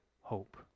hope